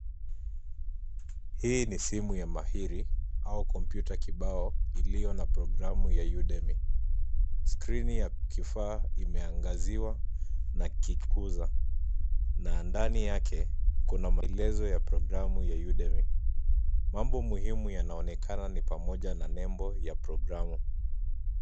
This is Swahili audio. Hii ni simu ya mahiri au kompyuta kibao iliyo na programu ya, Yudemi. Skrini ya kifaa imeangaziwa na kiguza na ndani yake kina maelezo ya programu ya, Yudemi. Mambo muhimu yanaonekana ni pamoja na nembo ya programu.